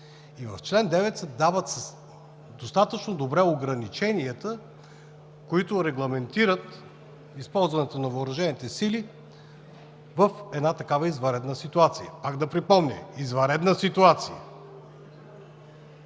9. В чл. 9 се дават достатъчно добре ограниченията, които регламентират използването на въоръжените сили в една такава извънредна ситуация. Пак да припомня: извънредна ситуация!